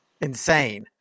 insane